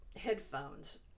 headphones